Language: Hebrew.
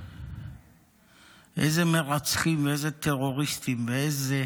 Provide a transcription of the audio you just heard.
איזה מרצחים, איזה טרוריסטים, איזה